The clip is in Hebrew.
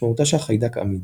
משמעותה שהחיידק עמיד.